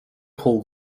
hold